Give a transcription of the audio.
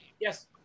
Yes